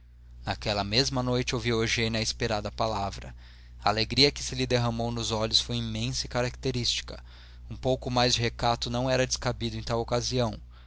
naquela mesma noite ouviu eugênia a esperada palavra a alegria que se lhe derramou nos olhos foi imensa e característica um pouco mais de recato não era descabido em tal ocasião